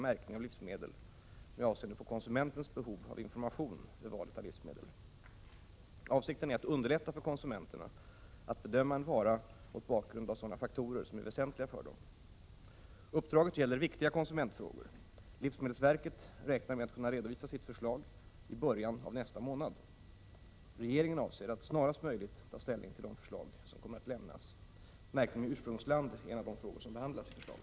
Därför vill svenska konsumenter veta från vilket land maten i butikerna kommer, och för detta krävs märkning av ursprungsland. När ämnar regeringen lägga fram förslag om märkning av potatis och övriga livsmedel, och kommer förslaget att innehålla krav på ursprungslandsmärkning enligt tidigare centerkrav?